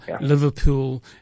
Liverpool